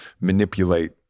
manipulate